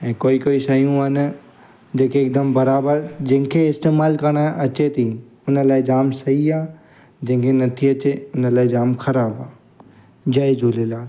ऐं कोई कोई शयूं आहिनि जेके हिकदमि बराबरि जंहिंखें इस्तेमालु करणु अचे थी उन लाइ जाम सही आहे जंहिंखें नथी अचे उन लाइ जाम ख़राबु आहे जय झूलेलाल